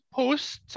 post